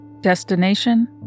Destination